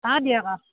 অঁ দিয়ক অঁ